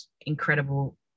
incredible